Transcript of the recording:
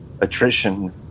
attrition